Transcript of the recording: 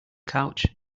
couch